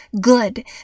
good